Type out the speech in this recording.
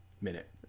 Minute